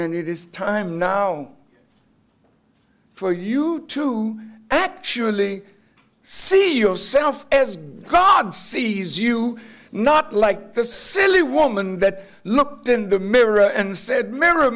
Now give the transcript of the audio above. and it is time now for you to actually see yourself as god sees you not like the silly woman that looked in the mirror and said m